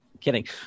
kidding